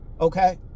Okay